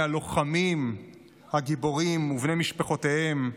הלוחמים הגיבורים ובני משפחותיהם,